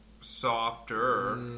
softer